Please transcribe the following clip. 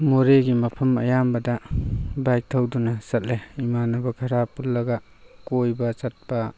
ꯃꯣꯔꯦꯒꯤ ꯃꯐꯝ ꯑꯌꯥꯝꯕꯗ ꯕꯥꯏꯛ ꯊꯧꯗꯨꯅ ꯆꯠꯂꯦ ꯏꯃꯥꯟꯅꯕ ꯈꯔ ꯄꯨꯜꯂꯒ ꯀꯣꯏꯕ ꯆꯠꯄ